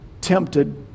tempted